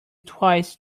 twice